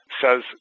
says